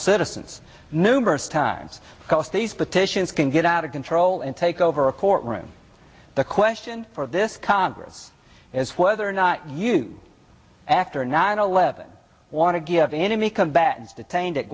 citizens numerous times because these petitions can get out of control and take over a court room the question for this congress is whether or not you after nine eleven want to give enemy combatants detained at